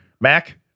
Mac